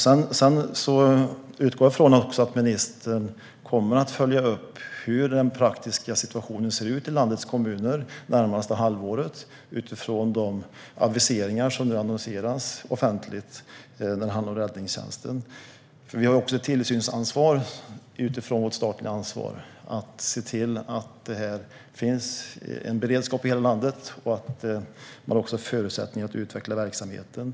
Jag utgår från att ministern kommer att följa upp hur den praktiska situationen ser ut i landets kommuner det närmaste halvåret utifrån de aviseringar som nu annonseras offentligt när det handlar om räddningstjänsten. Vi har också ett tillsynsansvar utifrån vårt statliga ansvar att se till att det finns en beredskap i hela landet och att man har förutsättningar att utveckla verksamheten.